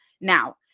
now